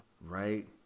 Right